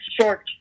short